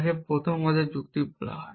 যাকে প্রথম অর্ডার যুক্তি বলা হয়